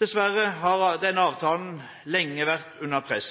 Dessverre har denne avtalen lenge vært under press.